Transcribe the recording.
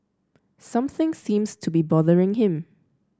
something seems to be bothering him